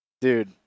Dude